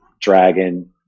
Dragon